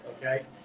okay